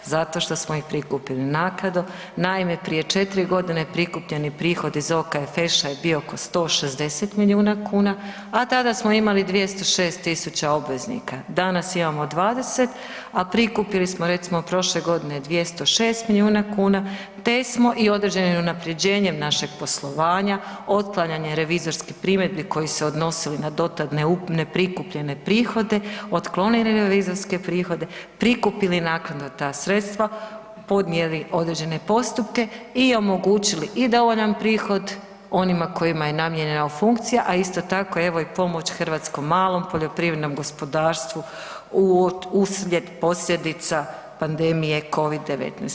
Zato što smo ih prikupili naknadno, naime prije 4 godine prikupljeni prihodi za OKFŠ-a je bio oko 160 milijuna kuna, a tada smo imali 206.000 obveznika, danas imamo 20, a prikupili smo recimo prošle godine 206 milijuna kuna te smo i određenim unapređenjem našeg poslovanja, otklanjanjem revizorskih primjedbi koji se odnosili na dotad ne prikupljene prihode, otklonili revizorske prihode, prikupili naknadno ta sredstva, podnijeli određene postupke i omogućili i dovoljan prihod onima koja je namijenjena funkcija, a isto tako evo i pomoć hrvatskom malom poljoprivrednom gospodarstvu uslijed posljedica pandemije Covid-19.